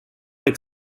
lake